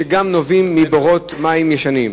שגם כן נובעים מבורות מים ישנים.